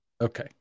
Okay